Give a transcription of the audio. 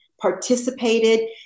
participated